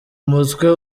mutwe